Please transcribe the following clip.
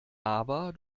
aber